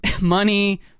money